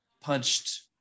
punched